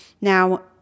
Now